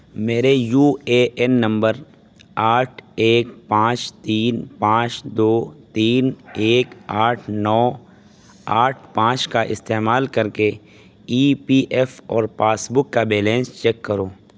میرے U A N نمبر آٹھ ایک پانچ تین پانچ دو تین ایک آٹھ نو آٹھ پانچ کا استعمال کر کے ای پی ایف اور پاس بک کا بیلنس چیک کرو